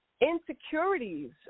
insecurities